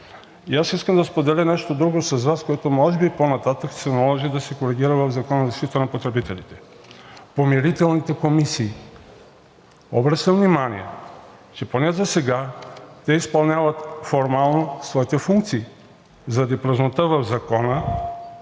Аз искам да споделя нещо друго с Вас, с което може би по-нататък ще се наложи да се коригира в Закона за защита на потребителите – помирителните комисии. Обръщам внимание, че поне засега те изпълняват формално своите функции. Заради празнота в закона